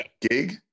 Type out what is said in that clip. gig